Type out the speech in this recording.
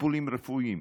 וטיפולים רפואיים.